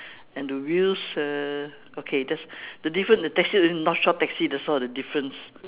and the wheels uh okay just the difference the taxi north shore taxi that's all the difference